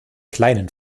kleinen